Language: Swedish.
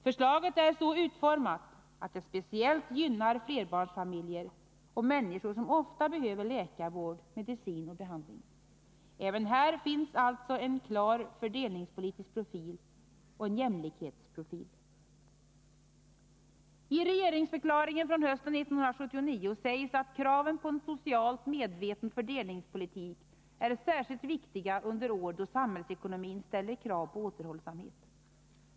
Förslaget är så utformat att det speciellt gynnar flerbarnsfamiljer och människor som ofta behöver läkarvård, medicin och behandling. Även här finns alltså en klar fördelningspolitisk profil och en jämlikhetsprofil. I regeringsförklaringen från hösten 1979 sägs att kraven på en socialt medveten fördelningspolitik är särskilt viktiga under år då samhällsekonomin ställer krav på återhållsamhet.